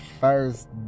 first